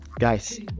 Guys